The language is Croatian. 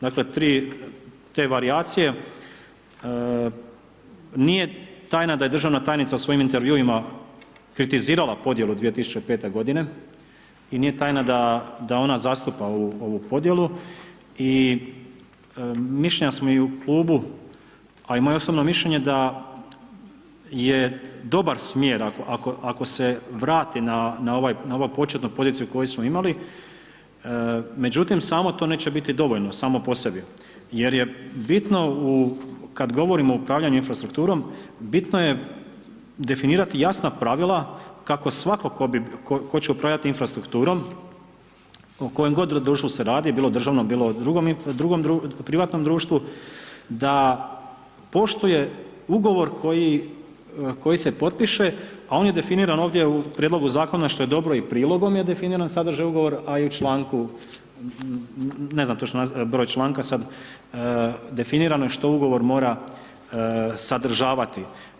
Dakle 3 te varijacije, nije tajna da je državna tajnica u svojim intervjuima kritizirala podjelu 2005. g. i nije tajna da ona zastupa ovu podjelu i mišljenja smo i u klubu a i moje osobno mišljenje da je dobar smjer ako se vrati na ovu početnu poziciju koju smo imali, međutim samo to neće biti dovoljno, samo po sebi jer je bitno kad govorimo o upravljaju infrastrukturom, bitno je definirati jasna pravila kako svako tko će upravljati infrastrukturom o kojem god društvu se radi bilo državno bilo drugom privatnom društvu da poštuje ugovor koji se potpiše a on je definiran ovdje u prijedlogu zakona što je dobro, i prilogom je definiran sadržaj ugovora a i u članku, ne znam točno broj članka sad, definirano je što ugovor mora sadržavati.